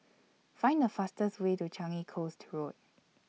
Find The fastest Way to Changi Coast Road